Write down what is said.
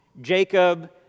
Jacob